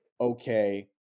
okay